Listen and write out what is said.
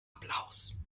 applaus